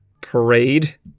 Parade